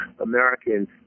Americans